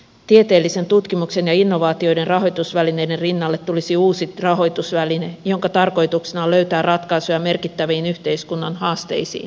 tieteellisen tutkimuksen ja innovaatioiden rahoitusvälineiden rinnalle tulisi uusi rahoitusväline jonka tarkoituksena on löytää ratkaisuja merkittäviin yhteiskunnan haasteisiin ja ongelmiin